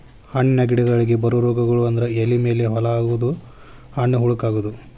ಹಣ್ಣಿನ ಗಿಡಗಳಿಗೆ ಬರು ರೋಗಗಳು ಅಂದ್ರ ಎಲಿ ಮೇಲೆ ಹೋಲ ಆಗುದು, ಹಣ್ಣ ಹುಳಕ ಅಗುದು